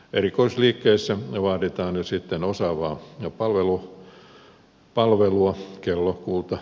erikoisliikkeissä vaaditaan sitten jo osaavaa palvelua kello kuutta